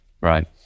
Right